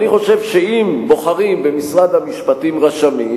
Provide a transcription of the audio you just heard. אני חושב שאם בוחרים במשרד המשפטים רשמים,